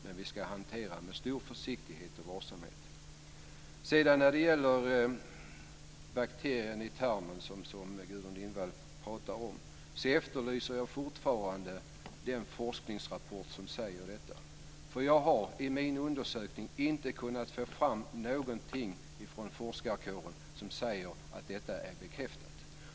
Men vi ska hantera den med stor försiktighet och varsamhet. När det gäller bakterier i tarmen som Gudrun Lindvall pratar om efterlyser jag fortfarande den forskningsrapport som säger detta. Jag har i min undersökning inte kunnat få fram någonting från forskarkåren som säger att detta är bekräftat.